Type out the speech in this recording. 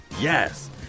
Yes